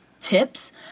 tips